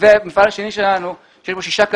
המפעל השני שלנו שיש בו שישה קווים נמצא באזור ברקן.